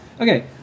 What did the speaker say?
okay